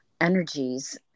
energies